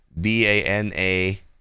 b-a-n-a